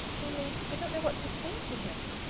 only i don't know what to say to him.